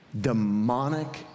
demonic